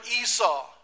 Esau